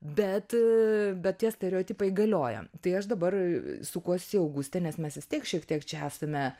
bet bet tie stereotipai galioja tai aš dabar sukuosi į augustę nes mes vis tiek šiek tiek čia esame